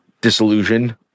disillusion